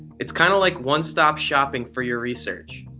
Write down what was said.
it's kind of like one stop shopping for your research.